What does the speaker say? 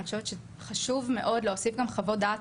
אני חושבת שחשוב מאוד להוסיף גם חוות דעת